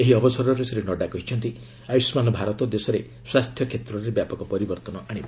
ଏହି ଅବସରରେ ଶ୍ରୀ ନଡ୍ରା କହିଛନ୍ତି ଆୟୁଷ୍ମାନ ଭାରତ ଦେଶରେ ସ୍ୱାସ୍ଥ୍ୟ କ୍ଷେତ୍ରରେ ବ୍ୟାପକ ପରିବର୍ଭନ ଆଣିବ